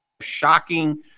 shocking